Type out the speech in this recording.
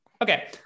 Okay